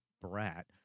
brat